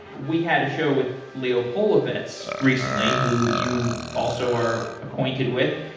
we had a show with leo polovets recently who you also are acquainted with.